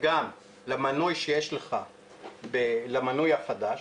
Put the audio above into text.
גם הנושא הזה באמת נבדק וישבנו וחשבנו על הסוגיה הזאת.